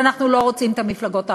שאנחנו לא רוצים את המפלגות הערביות.